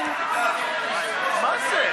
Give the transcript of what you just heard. מה זה?